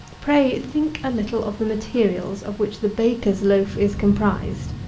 pray think a little of the materials of which the baker's loaf is composed.